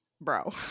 bro